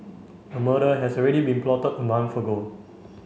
a murder has already been plotted a month ago